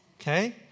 Okay